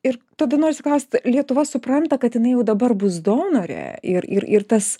ir tada nors klaust lietuva supranta kad jinai jau dabar bus donore ir ir ir tas